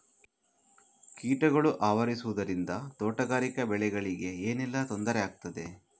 ಕೀಟಗಳು ಆವರಿಸುದರಿಂದ ತೋಟಗಾರಿಕಾ ಬೆಳೆಗಳಿಗೆ ಏನೆಲ್ಲಾ ತೊಂದರೆ ಆಗ್ತದೆ?